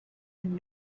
and